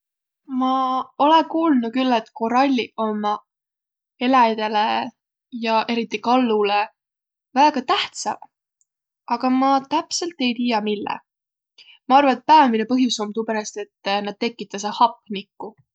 Ma olõ kuuldnuq külh, et koralliq ommaq eläjidele ja eriti kallulõ väega tähtsäq, aga ma täpselt ei tiiäq, mille. Ma arva, et päämäne põhjus om tuuperäst, et nä tekitäseq hapnikku.